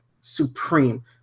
supreme